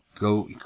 go